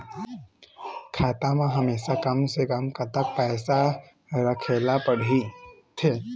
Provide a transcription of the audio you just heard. खाता मा हमेशा कम से कम कतक पैसा राखेला पड़ही थे?